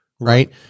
Right